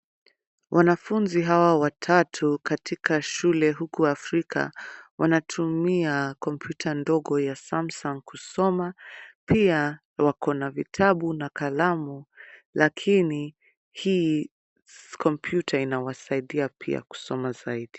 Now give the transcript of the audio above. Wanafunzi hawa watatu katika shule huku Afrika wanatumia kompyuta ndogo ya Samsung kusoma pia wako na vitabu na kalamu lakini hii kompyuta inawasaidia pia kusoma zaidi.